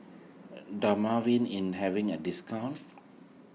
Dermaveen in having a discount